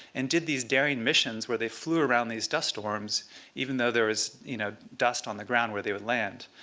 and did these daring missions where they flew around these dust storms even though there was you know dust on the ground where they would land.